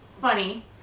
funny